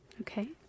okay